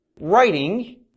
writing